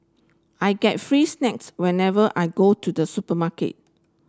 I get free snacks whenever I go to the supermarket